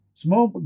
small